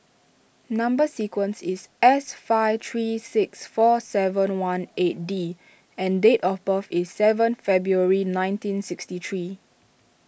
Number Sequence is S five three six four seven one eight D and date of birth is seventh February nineteen sixty three